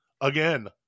again